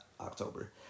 October